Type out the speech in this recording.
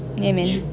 yeah man